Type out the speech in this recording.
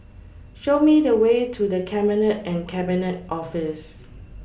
Show Me The Way to The Cabinet and Cabinet Office